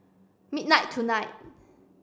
midnight tonight